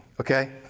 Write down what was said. Okay